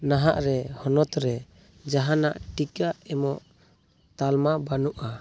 ᱱᱟᱦᱟᱜ ᱨᱮ ᱦᱚᱱᱚᱛ ᱨᱮ ᱡᱟᱦᱟᱱᱟᱜ ᱴᱤᱠᱟ ᱮᱢᱚᱜ ᱛᱟᱞᱢᱟ ᱵᱟᱹᱱᱩᱜᱼᱟ